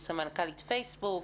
סמנכ"לית פייסבוק,